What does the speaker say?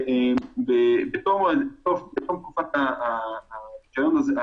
בתום תקופת הרישיון הקצוב,